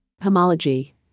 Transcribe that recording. Homology